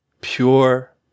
pure